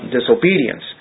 disobedience